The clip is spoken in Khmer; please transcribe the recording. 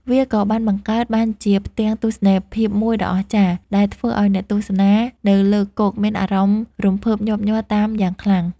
វាក៏បានបង្កើតបានជាផ្ទាំងទស្សនីយភាពមួយដ៏អស្ចារ្យ ដែលធ្វើឱ្យអ្នកទស្សនានៅលើគោកមានអារម្មណ៍រំភើបញាប់ញ័រតាមយ៉ាងខ្លាំង។